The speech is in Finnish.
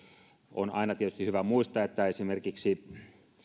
on aina tietysti hyvä muistaa että esimerkiksi